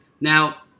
Now